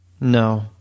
No